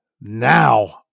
Now